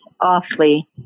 awfully